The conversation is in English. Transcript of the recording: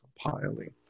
compiling